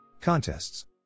contests